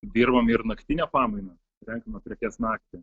dirbam ir naktinę pamainą renkame prekes naktį